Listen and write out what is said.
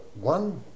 one